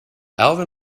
alvin